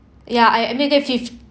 ya I made it fif~